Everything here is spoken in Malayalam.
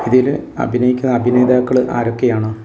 ഇതിൽ അഭിനയിക്കുന്ന അഭിനേതാക്കൾ ആരൊക്കെയാണ്